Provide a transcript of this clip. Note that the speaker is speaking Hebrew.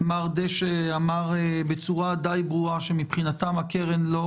שמר דשא אמר בצורה די ברורה שמבחינתם הקרן לא